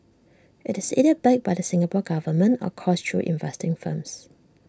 IT is either backed by the Singapore Government or coursed through investing firms